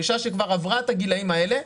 אישה שכבר עברה את הגילים האלה,